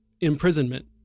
imprisonment